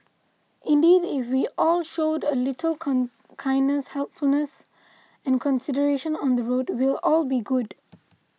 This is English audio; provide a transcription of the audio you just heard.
indeed if we all showed a little kindness helpfulness and consideration on the road we'll all be good